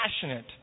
passionate